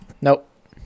Nope